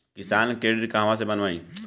किसान credit card कहवा से बनवाई?